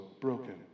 broken